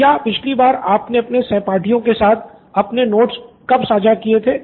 या पिछली बार आपने अपने सहपाठियों के साथ अपने नोट्स कब साझा किए थे